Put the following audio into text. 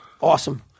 Awesome